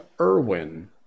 Irwin